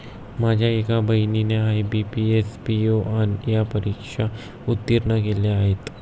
माझ्या एका बहिणीने आय.बी.पी, एस.पी.ओ या परीक्षा उत्तीर्ण केल्या आहेत